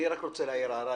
אני רוצה להעיר הערה.